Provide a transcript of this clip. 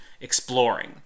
exploring